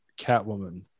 Catwoman